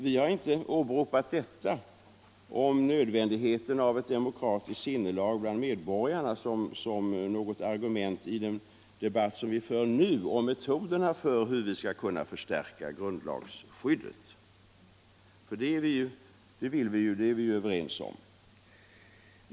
Vi har inte åberopat detta om nödvändigheten av ett demokratiskt sinnelag bland medborgarna som något argument i den debatt som vi för nu om metoderna för hur vi skall kunna förstärka grundlagsskyddet — för vi är ju överens om att vi vill göra det.